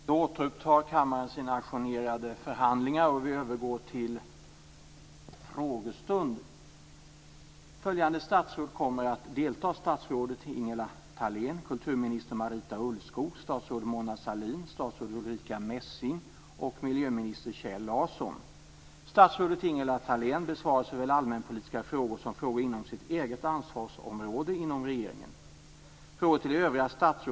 Herr talman! Jag skulle vilja fråga kulturministern. Enligt uppgifter som har läckt ut i dag avser Sveriges Television att lägga ned de digitala sändningarna dagtid de åtta första månaderna nästa år. Det gör man samtidigt som riksdagen i dag har beslutat att vi ska satsa mer pengar och bygga ut digital-TV verksamheten. Detta kan få oanade konsekvenser för public service framtid. Delar kulturministern min upfattning att det är ett märkligt beteende?